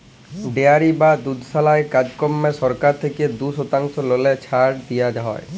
dairy বা দুধশালার কাজকম্মে সরকার থ্যাইকে দু শতাংশ ললে ছাড় দিয়া হ্যয়